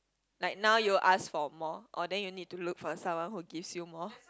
like now you ask for more or then you need to look for someone who gives you more